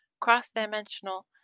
cross-dimensional